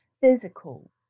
physical